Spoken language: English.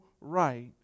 right